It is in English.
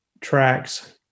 tracks